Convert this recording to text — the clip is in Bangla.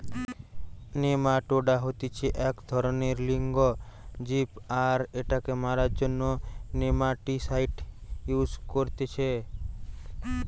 নেমাটোডা হতিছে এক ধরণেরএক লিঙ্গ জীব আর এটাকে মারার জন্য নেমাটিসাইড ইউস করতিছে